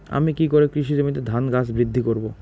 আমি কী করে কৃষি জমিতে ধান গাছ বৃদ্ধি করব?